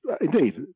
indeed